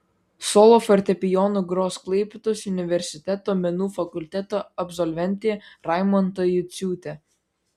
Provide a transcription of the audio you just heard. solo fortepijonu gros klaipėdos universiteto menų fakulteto absolventė raimonda juciūtė